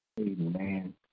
Amen